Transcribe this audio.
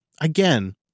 again